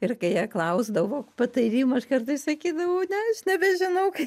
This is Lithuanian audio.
ir kai jie klausdavo patarimų aš kartais sakydavau ne aš nebežinau